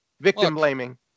Victim-blaming